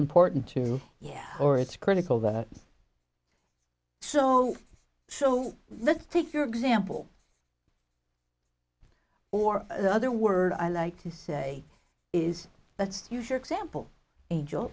important to yeah or it's critical that so so let's take your example or the other word i like to say is let's use your example a